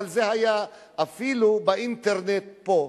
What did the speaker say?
אבל זה היה אפילו באינטרנט פה,